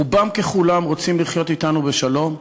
רובם ככולם רוצים לחיות אתנו בשלום,